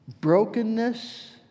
brokenness